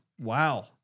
Wow